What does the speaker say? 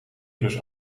plus